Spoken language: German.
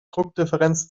druckdifferenz